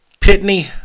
Pitney